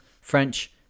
French